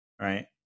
Right